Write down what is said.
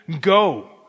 go